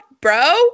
bro